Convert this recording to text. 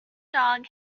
dog